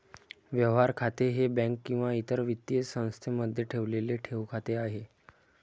व्यवहार खाते हे बँक किंवा इतर वित्तीय संस्थेमध्ये ठेवलेले ठेव खाते आहे